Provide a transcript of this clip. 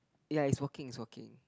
ya is working is working